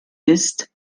ist